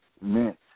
meant